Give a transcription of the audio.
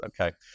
Okay